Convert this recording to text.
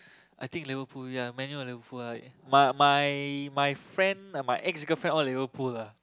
I think Liverpool ya Man-U or Liverpool ah but my my friend my ex girlfriend all Liverpool ah